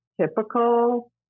typical